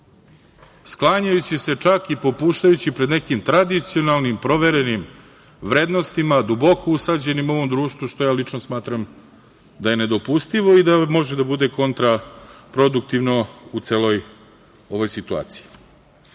sklanjajući se čak i popuštajući pred nekim tradicionalnim, proverenim vrednostima duboko usađenim u ovom društvu, što ja lično smatram da je nedopustivo i da može da bude kontraproduktivno u celoj ovoj situaciji. Iz